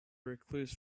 recluse